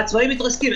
והעצמאים מתרסקים.